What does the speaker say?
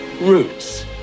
roots